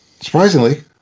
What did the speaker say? surprisingly